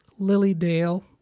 Lilydale